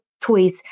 toys